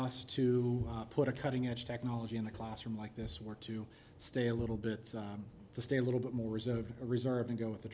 us to put a cutting edge technology in the classroom like this were to stay a little bit to stay a little bit more reserved or reserved and go with